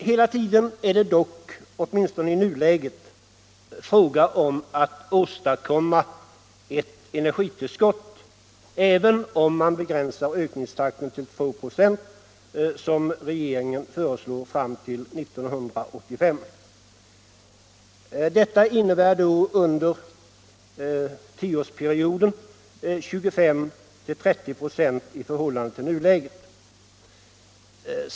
Hela tiden är det dock, åtminstone i nuläget, fråga om att åstadkomma ett energitillskott, även om man begränsar ökningstakten till 2 96, som regeringen föreslår för tiden fram till 1985. Detta innebär under en tioårsperiod 25-30 96 i förhållande till nuläget.